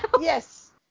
yes